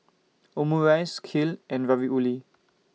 Omurice Kheer and Ravioli